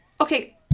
okay